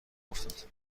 افتاد